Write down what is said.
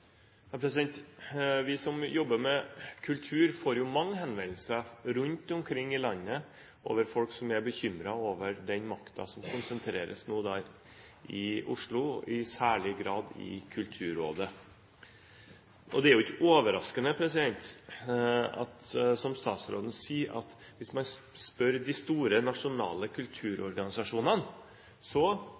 rundt omkring i landet som er bekymret over den makten som konsentreres i Oslo, i særlig grad i Kulturrådet. Det er jo ikke overraskende, det statsråden sier, at hvis man spør de store nasjonale kulturorganisasjonene,